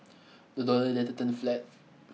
the dollar later turned flat